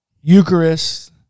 Eucharist